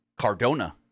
Cardona